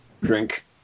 Drink